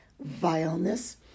vileness